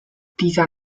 dieser